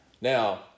Now